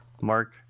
mark